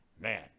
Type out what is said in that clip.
Man